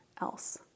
else